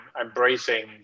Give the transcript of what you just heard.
embracing